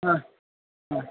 হ্যাঁ হ্যাঁ